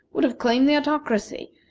would have claimed the autocracy,